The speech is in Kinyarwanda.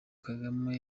kagame